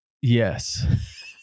Yes